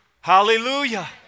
Hallelujah